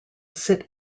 sit